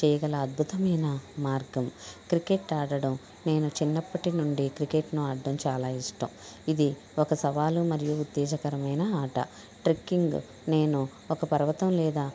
చేయగల అద్భుతమైన మార్గం క్రికెట్ ఆడడం నేను చిన్నప్పటినుండి క్రికెట్ ను ఆడడం చాలా ఇష్టం ఇది ఒక సవాలు మరియు ఉత్తేజకరమైన ఆట ట్రెక్కింగ్ నేను ఒక పర్వతం లేదా